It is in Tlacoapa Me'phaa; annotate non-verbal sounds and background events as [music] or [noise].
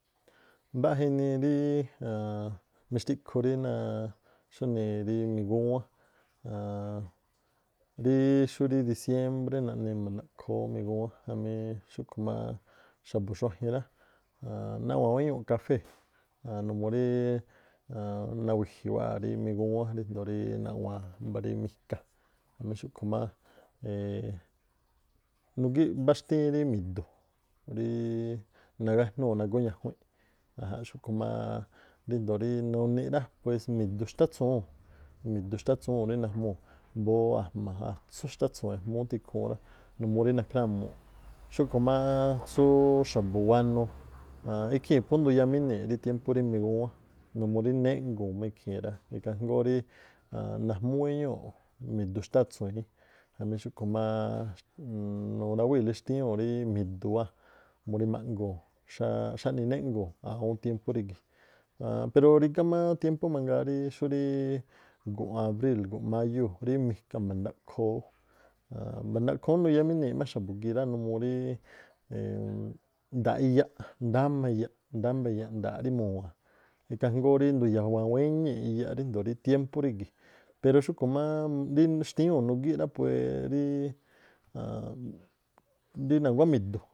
Mbaꞌja inii rí [hesitation] mixtiꞌkhu rí naa- xúnii- rí migúwán aann- rí xú rí disiémbré naꞌni ma̱ndaꞌkhoo ú migúwán jamí xúꞌkhu̱ máá xa̱bu̱ xuajin rá, [hesitation] naꞌwa̱a̱n wéñúu̱ kafée̱ numuu ríí [hesitation] nawi̱ji̱ wáa̱ rí migúwán ríjndo̱o naꞌwa̱a̱n mbá rí mika, jamí xúꞌkhu̱ má [hesitation] nugíꞌ mbá xtíín rí mi̱du̱ ríí nagájnúu̱ nagoúñajuinꞌ ajanꞌ, xúꞌkhu̱ máá ríndo̱o rí nuni̱ rá mi̱du̱ xtátsuwuu̱n, mi̱du̱ xtátsuwuu̱n rí najmuu̱ mbóó, ajma̱, atsú xtátsu̱wu̱n eꞌmúú tikhuun rá numuu rí nahrámuu̱ꞌ, [noise] xúkkhu̱ máá tsúú xa̱bu̱ wanuu aann- ikhii̱n phú nduyamínii̱ꞌ rí tiémpú rí migúwán numuu rí néꞌnguu̱n má ikhii̱n rá, ikhaa jngóó rí najmúéñúu̱ꞌ mi̱du̱ xtátsu̱ñí, jamí xúꞌkhu máá nurawíi̱lí xtíñúu̱ rí mi̱du̱ wáa̱ murí ma̱ꞌnguu̱n xá- xáꞌnii néꞌguu̱n awúún tiémpú rígi̱. Aann- pero rígá má tiempú mangaa ríí xúrí gu̱nꞌ abríi̱l, gu̱nꞌ máyúu̱ rí mika ma̱ndaꞌkhoo ú nuyámíni̱iꞌ má xa̱bu̱ gii̱ rá, numuu ríí [hesitation] nda̱a̱ꞌ iyaꞌ, ndáma iyaꞌ, ndáma iyaꞌ, nda̱a̱ rí mu̱wa̱a̱n, ikhaa jngóó rí ndu̱ya̱wa̱an wéñíi̱ꞌ iyaꞌ ríjndo̱o rí tiémpú rígi̱, pero xúꞌkhu̱ má rí xtíñúu̱ nugíꞌ rá puee ríí aann- na̱guá mi̱du̱.